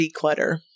declutter